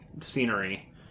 scenery